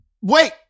Wait